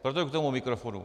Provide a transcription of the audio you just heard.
Proto k tomu mikrofonu.